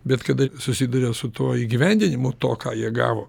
bet kada susiduria su tuo įgyvendinimu to ką jie gavo